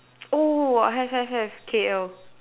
oh have have have K L